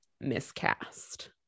miscast